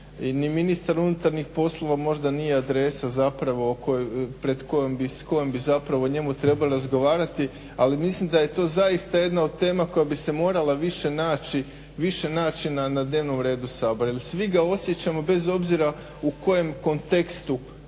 unutar unutarnjih poslova možda nije adresa zapravo pred kojom bi, s kojom bi zapravo njemu trebalo razgovarati, ali mislim da je to zaista jedno od tema koja bi se morala više naći, više naći na dnevnom redu Sabora jer svi ga osjećamo bez obzira u kojem kontekstu